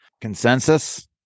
Consensus